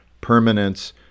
permanence